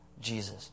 Jesus